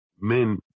men